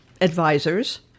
advisors